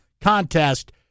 contest